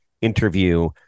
interview